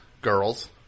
Girls